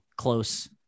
close